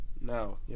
No